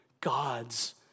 God's